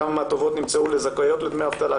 כמה תובעות נמצאו לזכאיות לדמי אבטלה,